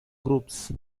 groups